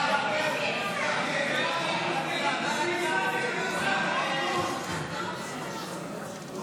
ההצעה להעביר לוועדה את הצעת חוק הכשרות המשפטית והאפוטרופסות (תיקון,